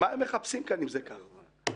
אם זה ככה,